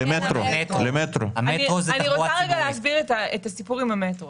אני רוצה להסביר את הסיפור עם המטרו.